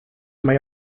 may